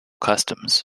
customs